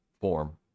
form